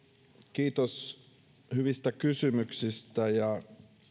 kiitos hyvistä kysymyksistä ja